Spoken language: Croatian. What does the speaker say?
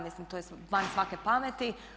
Mislim to je van svake pameti.